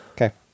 Okay